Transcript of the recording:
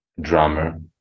drummer